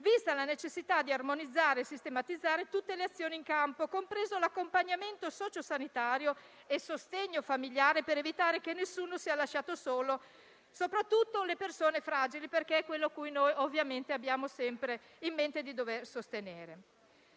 vista la necessità di armonizzare e sistematizzare tutte le azioni in campo, compreso l'accompagnamento socio-sanitario e il sostegno familiare per fare in modo che nessuno sia lasciato solo, soprattutto le persone fragili, perché ovviamente è quella la categoria che abbiamo sempre in mente di dover sostenere.